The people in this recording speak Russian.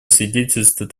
свидетельствует